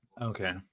okay